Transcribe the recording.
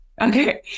Okay